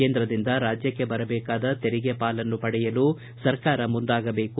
ಕೇಂದ್ರದಿಂದ ರಾಜ್ಯಕ್ಕೆ ಬರಬೇಕಾದ ತೆರಿಗೆ ಪಾಲನ್ನು ಪಡೆಯಲು ಸರ್ಕಾರ ಮುಂದಾಗಬೇಕು